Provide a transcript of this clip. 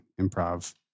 improv